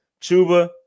Chuba